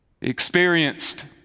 experienced